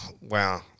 Wow